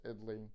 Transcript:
Italy